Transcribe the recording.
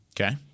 Okay